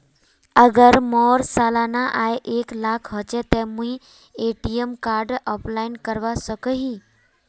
अगर मोर सालाना आय एक लाख होचे ते मुई ए.टी.एम कार्ड अप्लाई करवा सकोहो ही?